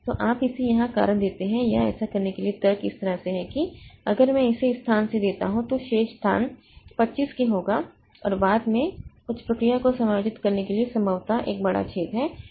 तो आप इसे यहाँ कारण देते हैं या ऐसा करने के लिए तर्क इस तरह से है कि अगर मैं इसे इस स्थान से देता हूं तो शेष स्थान 25 K होगा और बाद में कुछ प्रक्रिया को समायोजित करने के लिए संभवतः एक बड़ा छेद है